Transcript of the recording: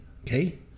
okay